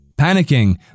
Panicking